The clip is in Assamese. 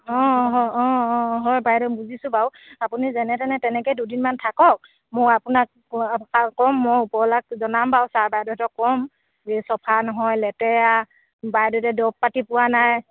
অঁ অঁ হয় অঁ অঁ হয় বাইদেউ বুজিছোঁ বাৰু আপুনি যেনে তেনে তেনেকে দুদিনমান থাকক মই আপোনাক ক'ম মই ওপৰৱলাক জনাম বাৰু ছাৰ বাইদউহঁতক ক'ম এই চফা নহয় লেতেৰা বাইদেউহঁতে দৰৱ পাতি পোৱা নাই